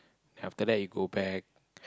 after that you go back